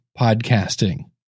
podcasting